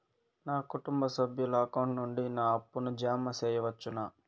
నా కుటుంబ సభ్యుల అకౌంట్ నుండి నా అప్పును జామ సెయవచ్చునా?